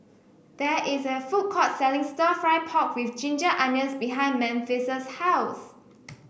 there is a food courts selling stir fry pork with Ginger Onions behind Memphis' house